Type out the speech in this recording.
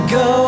go